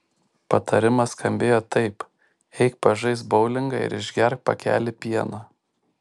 patarimas skambėjo taip eik pažaisk boulingą ir išgerk pakelį pieno